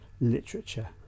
literature